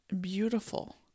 beautiful